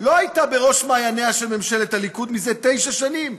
לא הייתה בראש מעייניה של ממשלת הליכוד מזה תשע שנים,